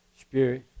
spirit